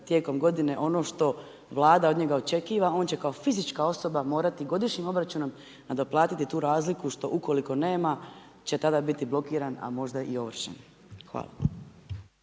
tijekom godine ono što Vlada od njega očekiva, on će kao fizička osoba godišnjim obračunom nadoplatiti tu razliku, ukoliko nema će tada biti blokiran a možda i ovršen. Hvala.